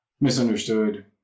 misunderstood